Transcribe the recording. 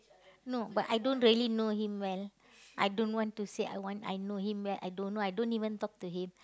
no but I don't really know him well I don't want to say I want I know him well I don't know I don't even talk to him